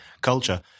culture